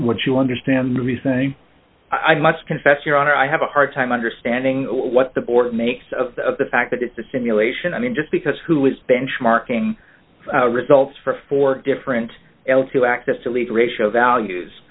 what you understand to be saying i must confess your honor i have a hard time understanding what the board makes of the of the fact that it's a simulation i mean just because who is benchmarking results for four different l to access to lead ratio values